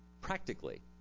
practically